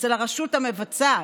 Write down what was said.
אצל הרשות המבצעת,